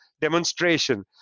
demonstration